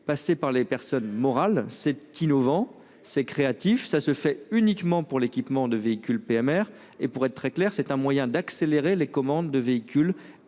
passer par les personnes morales, c'est qui nous vend ses créatif, ça se fait uniquement pour l'équipement de véhicules PMR et pour être très clair, c'est un moyen d'accélérer les commandes de véhicules